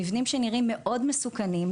מבנים שנראים מאוד מסוכנים,